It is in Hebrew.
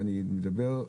ואני מדבר,